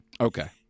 Okay